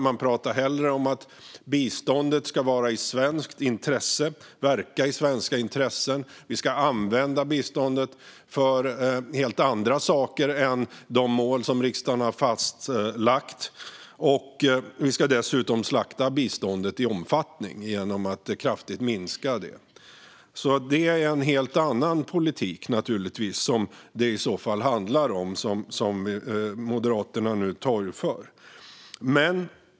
Man pratar hellre om att biståndet ska verka i svenska intressen och att vi ska använda biståndet för helt andra saker än de mål som riksdagen har fastlagt. Dessutom ska vi slakta biståndet i omfattning genom att kraftigt minska det. Det handlar om en helt annan politik som Moderaterna nu torgför.